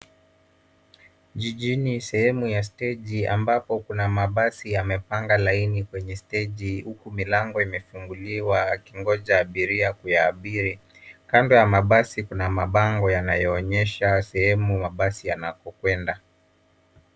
Jijini sehemu ya steji ambapo kuna mabasi yamepanga laini kwenye steji, huku milango imefunguliwa akingoja abiria kuyaabiri. Kando ya mabasi kuna mabango yanaoonyesha sehemu mabasi yanapokwenda.